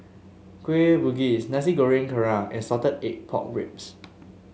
Kueh Bugis Nasi Goreng Kerang and Salted Egg Pork Ribs